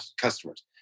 customers